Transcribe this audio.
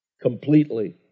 Completely